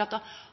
Jeg